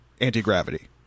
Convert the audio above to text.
anti-gravity